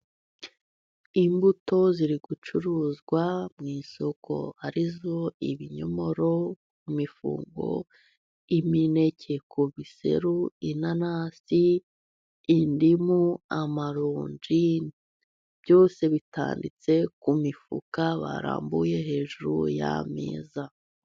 Imbuto ziri gucuruzwa mu isoko arizo ibinyomoro ku mifungo, imineke ku biseri, inanasi, indimu, amarunji. Byose bitanditse ku mifuka barambuye hejuru yameza.